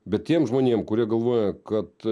bet tiem žmonėm kurie galvoja kad